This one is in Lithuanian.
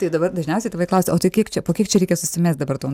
tai dabar dažniausiai tėvai klausia o tai kiek čia po kiek čia reikia susimest dabar tom